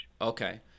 Okay